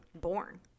born